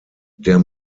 der